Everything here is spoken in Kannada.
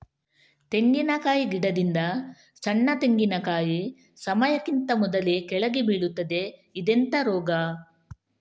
ತೆಂಗಿನ ಗಿಡದಿಂದ ಸಣ್ಣ ತೆಂಗಿನಕಾಯಿ ಸಮಯಕ್ಕಿಂತ ಮೊದಲೇ ಕೆಳಗೆ ಬೀಳುತ್ತದೆ ಇದೆಂತ ರೋಗ?